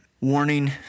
Warning